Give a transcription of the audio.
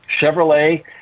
Chevrolet